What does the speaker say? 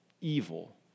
evil